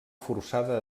forçada